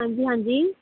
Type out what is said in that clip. ਹਾਂਜੀ ਹਾਂਜੀ